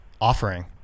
offering